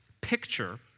picture